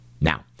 Now